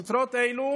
ספרות אלה